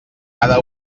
cada